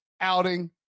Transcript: outing